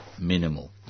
minimal